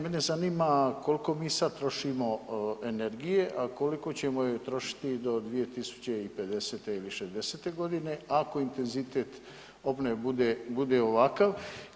Mene zanima koliko mi sada trošimo energije, a koliko ćemo je trošiti do 2050. ili 60. godine ako intenzitet obnove bude ovakav?